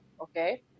okay